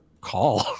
call